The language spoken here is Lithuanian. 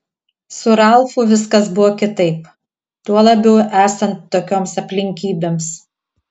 su ralfu viskas buvo kitaip tuo labiau esant tokioms aplinkybėms